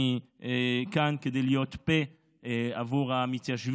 אני כאן כדי להיות פה עבור המתיישבים.